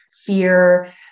fear